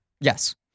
Yes